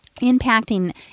impacting